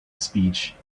speech